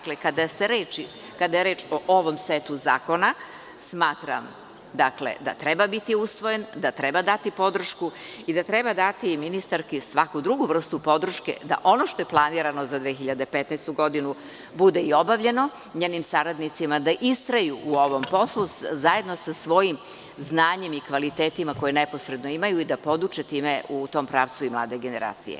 Kada je reč o ovom setu zakona, smatram da treba biti usvojen, da treba dati podršku i da treba dati ministarki svaku drugu vrstu podrške da ono što je planirano za 2015. godinu bude obavljeno, njenim saradnicima da istraju u ovom poslu, zajedno sa svojim znanjem i kvalitetima koje neposredno imaju i da poduče u tom pravcu i mlade generacije.